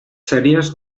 sèries